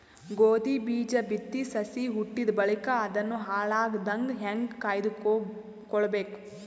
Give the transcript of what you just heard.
ಗೋಧಿ ಬೀಜ ಬಿತ್ತಿ ಸಸಿ ಹುಟ್ಟಿದ ಬಳಿಕ ಅದನ್ನು ಹಾಳಾಗದಂಗ ಹೇಂಗ ಕಾಯ್ದುಕೊಳಬೇಕು?